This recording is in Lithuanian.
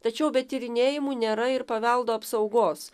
tačiau be tyrinėjimų nėra ir paveldo apsaugos